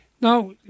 Now